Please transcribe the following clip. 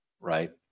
right